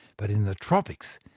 but in the tropics,